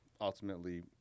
ultimately